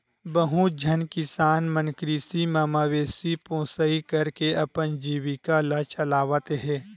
बहुत झन किसान मन कृषि म मवेशी पोसई करके अपन जीविका ल चलावत हे